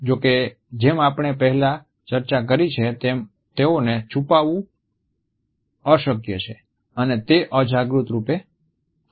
જો કે જેમ આપણે પહેલા ચર્ચા કરી છે તેમ તેઓને છુપાવવું અશક્ય છે અને તે અજાગૃત રૂપે થાય છે